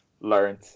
learned